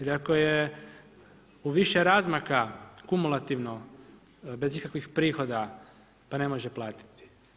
Ili ako je u više razmaka kumulativno bez ikakvih prihoda pa ne može platiti.